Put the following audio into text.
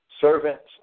servants